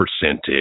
percentage